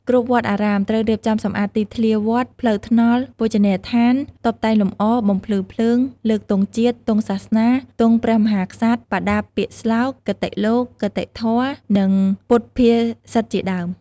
គ្រប់វត្តអារាម ត្រូវរៀបចំសម្អាតទីធ្លាវត្ត ផ្លូវថ្នល់ បូជនីយដ្ឋាន តុបតែងលម្អ បំភ្លឺភ្លើង លើកទង់ជាតិ ទង់សាសនា ទង់ព្រះមហាក្សត្រ បដាពាក្យស្លោក គតិលោក គតិធម៌ និងពុទ្ធភាសិតជាដើម។